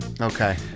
Okay